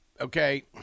Okay